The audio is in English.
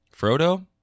Frodo